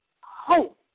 hope